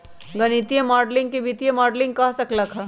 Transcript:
गणितीय माडलिंग के वित्तीय मॉडलिंग कह सक ल ह